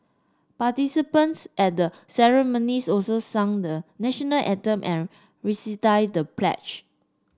participants at the ceremonies also sang the National Anthem and recited the pledge